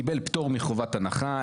קיבל פטור מחובת הנחה.